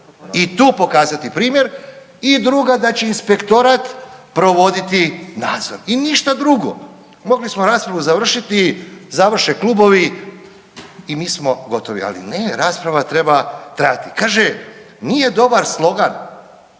i tu pokazati primjer. I druga da će inspektorat provoditi nadzor i ništa drugo. Mogli smo raspravu završiti, završe klubovi i mi smo gotovi, ali ne, rasprava treba trajati. Kaže nije dobar slogan,